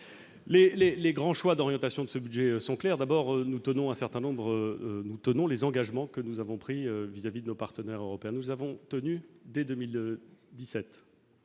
Les grands choix d'orientation de ce budget sont clairs. D'abord, nous tenons les engagements que nous avons pris vis-à-vis de nos partenaires européens. Nous les avons tenus, dès 2017,